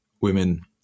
women